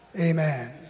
Amen